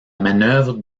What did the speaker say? manœuvre